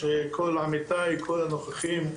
כל עמיתי כל הנוכחים.